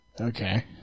Okay